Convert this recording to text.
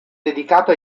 dedicato